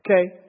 Okay